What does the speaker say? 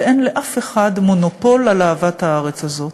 ואין לאף אחד מונופול על אהבת הארץ הזאת.